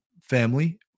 family